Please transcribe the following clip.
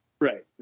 Right